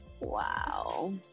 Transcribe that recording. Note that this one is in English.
Wow